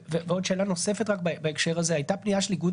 ושאלה נוספת בהקשר הזה: הייתה פנייה של איגוד